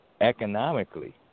Economically